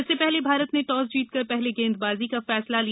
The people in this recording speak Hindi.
इससे पहले भारत ने टॉस जीतकर पहले गेंदबाजी का फैसला किया